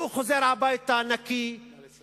והוא חוזר הביתה נקי, נא לסיים.